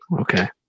Okay